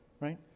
Right